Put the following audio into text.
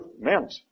meant